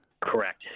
Correct